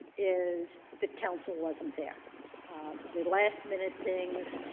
is the council wasn't there there last minute things.